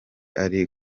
ari